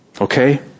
okay